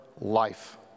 life